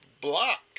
block